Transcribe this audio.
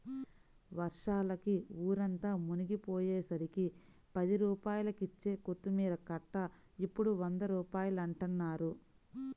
వర్షాలకి ఊరంతా మునిగిపొయ్యేసరికి పది రూపాయలకిచ్చే కొత్తిమీర కట్ట ఇప్పుడు వంద రూపాయలంటన్నారు